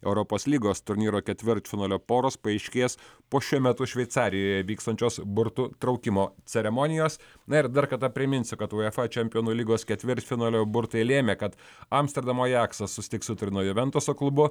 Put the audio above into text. europos lygos turnyro ketvirtfinalio poros paaiškės po šiuo metu šveicarijoje vykstančios burtų traukimo ceremonijos na ir dar kartą priminsiu kad uefa čempionų lygos ketvirtfinalio burtai lėmė kad amsterdamo ajaksas susitiks su turino juventuso klubu